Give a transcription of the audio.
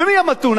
מי המתון?